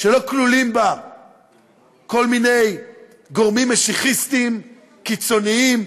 שלא כלולים בה כל מיני גורמים משיחיסטיים קיצוניים,